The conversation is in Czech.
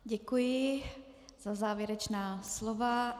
Děkuji za závěrečná slova.